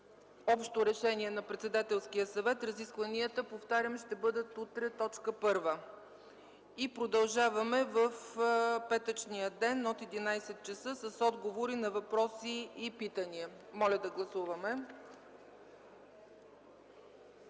общо решение на Председателския съвет разискванията, повтарям, ще бъдат утре точка първа. Продължаваме в петъчния ден от 11,00 ч. с отговори на въпроси и питания. Моля да гласуваме.